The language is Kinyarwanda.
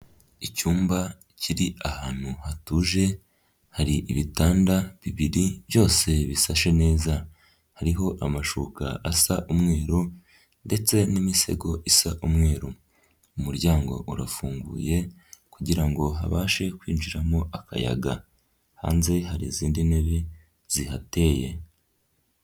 Icyumba kiri ahantu hatuje hari ibitanda bibiri byose bisashe neza, hariho amashuka asa umweru ndetse n'imisego isa umweru, umuryango urafunguye kugira ngo habashe kwinjiramo akayaga, hanze hari izindi ntebe zihateye.